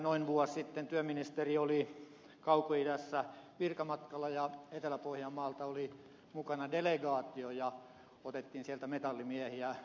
noin vuosi sitten työministeri oli kaukoidässä virkamatkalla ja etelä pohjanmaalta oli mukana delegaatio ja otettiin sieltä metallimiehiä